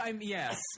yes